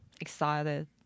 excited